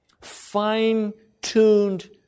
fine-tuned